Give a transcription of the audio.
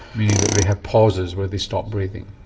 meaning that they have pauses where they stop breathing.